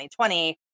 2020